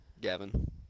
Gavin